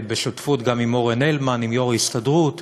בשותפות גם עם אורן הלמן, עם יו"ר ההסתדרות